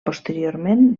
posteriorment